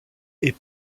est